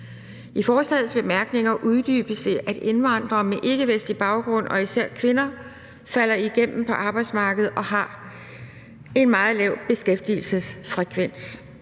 I forslagets bemærkninger uddybes det, at indvandrere med ikkevestlig baggrund og især kvinder falder igennem på arbejdsmarkedet og har en meget lav beskæftigelsesfrekvens.